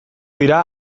dira